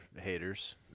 haters